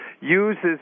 uses